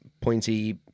pointy